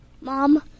Mom